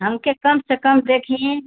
हमके कम से कम देखिए